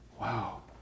Wow